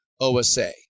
OSA